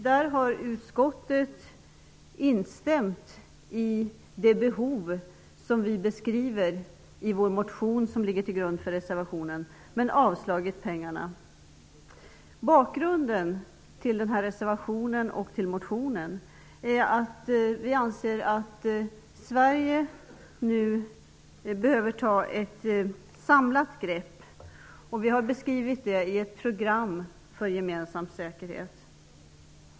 Där har utskottet instämt när det gäller det behov som vi beskriver i den motion som ligger till grund för reservationen, men avstrykt att pengar avsätts till detta ändamål. Bakgrunden till reservationen och motionen är att vi anser att Sverige nu behöver ta ett samlat grepp. Vi har beskrivit detta i ett program för gemensam säkerhet.